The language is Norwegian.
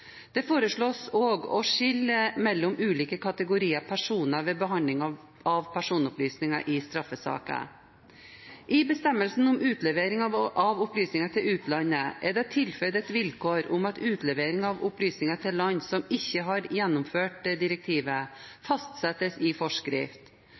Det foreslås også å skille mellom ulike kategorier personer ved behandling av personopplysninger i straffesaker. I bestemmelsen om utlevering av opplysninger til utlandet er det tilføyd at vilkår for utlevering av opplysninger til land som ikke har gjennomført direktivet,